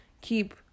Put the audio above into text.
keep